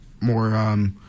more